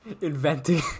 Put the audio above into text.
inventing